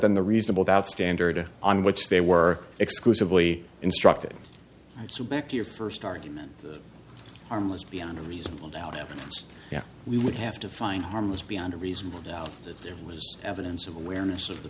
than the reasonable doubt standard on which they were exclusively instructed so back to your first argument armors beyond a reasonable doubt have now we would have to find harmless beyond reasonable doubt that there was evidence of awareness of the